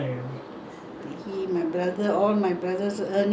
after that when we start working also our earning also must go to him